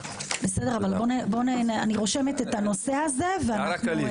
בסדר, אני רושמת את הנושא הזה ואנחנו נדבר עליו.